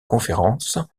conférence